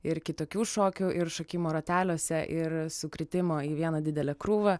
ir kitokių šokių ir šokimo rateliuose ir sukritimo į vieną didelę krūvą